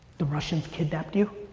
the russians kidnapped you?